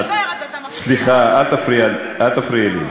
כשאתה מדבר אז אתה, סליחה, אל תפריעי לי.